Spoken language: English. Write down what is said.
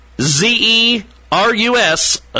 Z-E-R-U-S